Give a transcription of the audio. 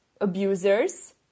abusers